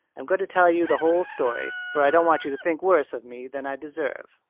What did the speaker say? i'm going to tell you the whole story, for i don't want you to think worse of me than i deserve.